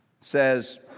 says